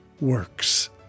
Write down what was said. works